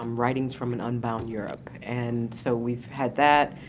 um writings from an unbound europe. and so we've had that.